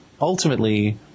ultimately